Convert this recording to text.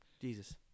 Jesus